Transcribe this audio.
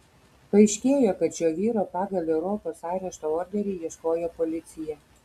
paaiškėjo kad šio vyro pagal europos arešto orderį ieškojo policija